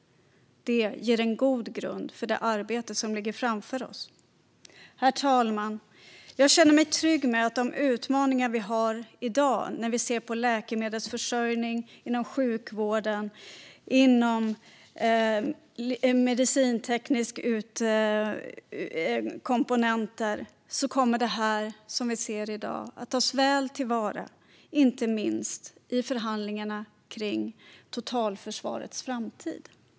Detta ger en god grund för det arbete som ligger framför oss. Herr talman! Jag känner mig trygg med att de utmaningar vi har i dag när det gäller läkemedelsförsörjning inom sjukvården och medicintekniska komponenter kommer att tas väl om hand, inte minst i förhandlingarna om totalförsvarets framtid.